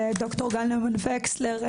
ד"ר גל נוימן וקסלר,